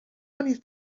many